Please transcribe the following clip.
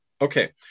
Okay